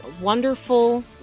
wonderful